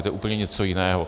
To je úplně něco jiného.